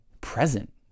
present